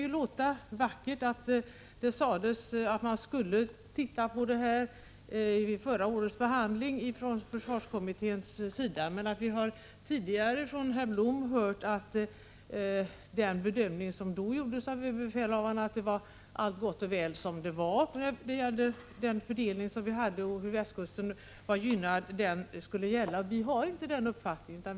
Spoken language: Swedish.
Vid förra årets behandling sades det från försvarskommitténs sida att man skulle se på frågan. Det kan låta vackert. Men vi har tidigare från herr Blom fått höra att den bedömning som då gjordes av överbefälhavaren, att allt var gott och väl då det gäller den fördelning som vi hade och som innebar att västkusten var gynnad, skulle gälla. Vi har inte den uppfattningen.